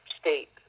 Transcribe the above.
state